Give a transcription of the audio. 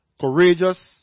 courageous